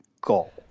goal